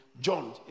John